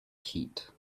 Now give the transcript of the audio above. heat